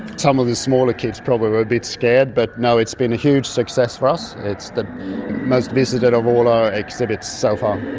some of the smaller kids probably were a bit scared, but no, it's been a huge success for us, it's the most visited of all our exhibits so far.